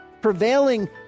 prevailing